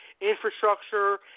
Infrastructure